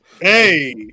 Hey